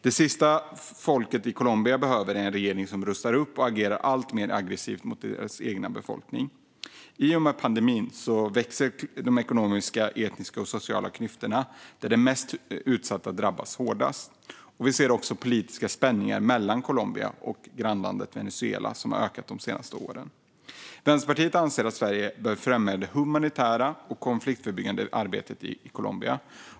Det sista folket i Colombia behöver är en regering som rustar upp och agerar alltmer aggressivt mot sin egen befolkning. I och med pandemin växer de ekonomiska, etniska och sociala klyftorna, och de mest utsatta drabbas hårdast. Vi ser också att de politiska spänningarna mellan Colombia och grannlandet Venezuela har ökat de senaste åren. Vänsterpartiet anser att Sverige bör främja det humanitära och konfliktförebyggande arbetet i Colombia.